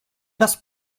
das